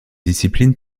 discipline